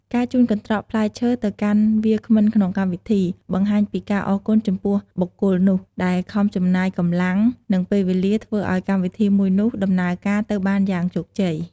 ការជូនកន្ត្រកផ្លែឈើទៅកាន់វាគ្មិនក្នុងកម្មវិធី បង្ហាញពីការអរគុណចំពោះបុគ្គលនោះ ដែលខំចំណាយកម្លាំង និងពេលវេលា ធ្វើឱ្យកម្មវិធីមួយនោះដំណើរការទៅបានយ៉ាងជោគជ័យ។